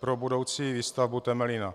pro budoucí výstavbu Temelína.